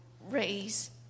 raise